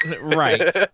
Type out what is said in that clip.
Right